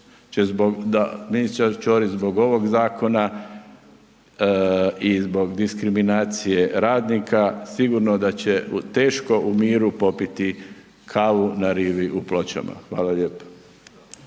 ministar Ćorić zbog ovog zakona i zbog diskriminacije radnika sigurno da će teško u miru popiti kavu na rivi u Pločama. Hvala lijepo.